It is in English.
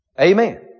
Amen